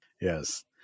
Yes